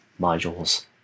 modules